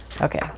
Okay